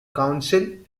council